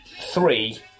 three